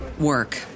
work